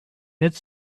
its